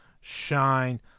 shine